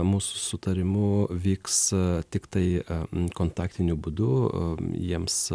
mūsų sutarimu vyks tiktai kontaktiniu būdu jiems